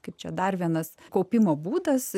kaip čia dar vienas kaupimo būdas